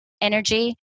energy